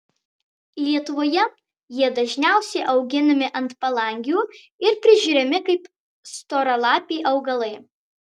lietuvoje jie dažniausiai auginami ant palangių ir prižiūrimi kaip storalapiai augalai